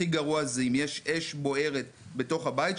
הכי גרוע זה אם יש אש בוערת בתוך הבית.